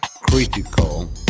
Critical